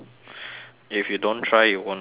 if you don't try it you won't know what